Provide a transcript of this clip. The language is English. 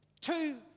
two